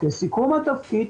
בסיכום התפקיד,